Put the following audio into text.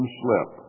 slip